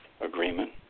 agreement